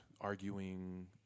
arguing